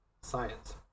Science